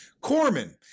Corman